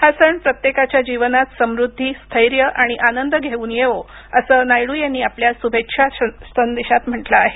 हा सण प्रत्येकाच्या जीवनात समृद्धी स्थैर्य आणि आनंद घेऊन येवो असं नायडू यांनी आपल्या शुभेच्छा संदेशात म्हटलं आहे